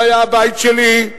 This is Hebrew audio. זה היה הבית שלי,